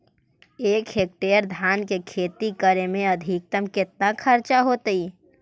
एक हेक्टेयर धान के खेती करे में अधिकतम केतना खर्चा होतइ?